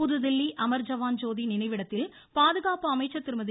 புதுதில்லி அமர்ஜவான் ஜோதி நினைவிடத்தில் பாதுகாப்பு அமைச்சர் திருமதி